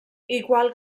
igual